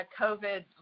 COVID